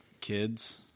kids